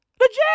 Legit